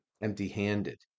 empty-handed